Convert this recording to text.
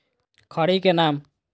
खड़ी के नाम?